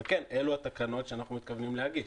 וכן, אלה התקנות שאנחנו מתכוונים להגיש.